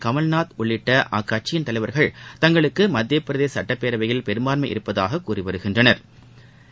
கமல்நாத் உள்ளிட்ட அக்கட்சியின் தலைவர்கள் தங்களுக்கு மத்தியப்பிரதேச சுட்டபேரவையில் பெரும்பான்மை இருப்பதாக கூறி வருகின்றனா்